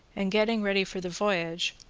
and getting ready for the voyage,